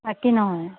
কি নহয়